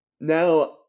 now